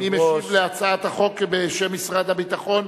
מי משיב על הצעת החוק בשם משרד הביטחון?